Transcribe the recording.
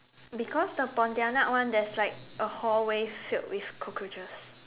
because the pontianak one that's like a hallway filled with cockroaches